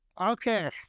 Okay